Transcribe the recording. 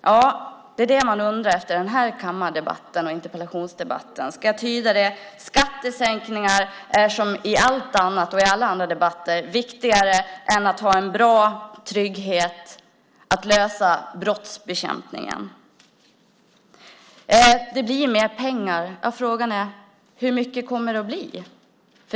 Ja, det är det man undrar efter den här interpellationsdebatten. Ska jag tyda det så att skattesänkningar, som i alla andra debatter, är viktigare än att ha en bra trygghet och lösa brottsbekämpningen? Det blir mer pengar. Ja, frågan är: Hur mycket kommer det att bli?